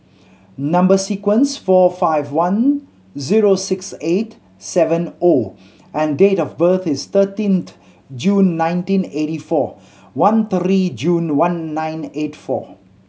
number sequence four five one zero six eight seven O and date of birth is thirteenth June nineteen eighty four one three June one nine eight four